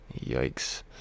Yikes